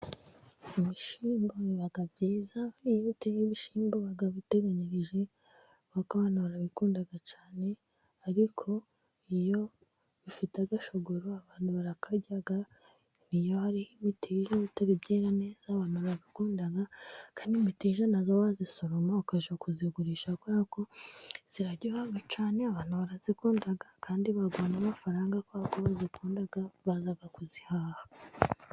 Ibishyimbo biba byiza, iyo uteye ibishyimbo uba witeganyirije kuko abantu barabikunda cyane, ariko iyo bifite agashogororo abantu barakarya, iyo hari imiteja bitari byera neza abantu barabikunda, kandi imiteja nayo wayisoroma ukajya kuyigurisha kubera ko iraryoha cyane, abantu barayikunda kandi bigira amafaranga kubera ko bayikunda baza kuyihaha.